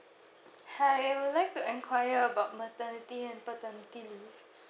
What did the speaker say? hi I would like to enquire about maternity and paternity leave